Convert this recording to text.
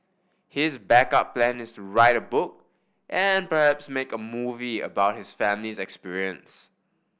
his backup plan is to write a book and perhaps make a movie about his family's experience